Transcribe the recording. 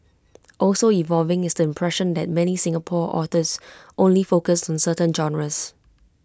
also evolving is the impression that many Singapore authors only focus on certain genres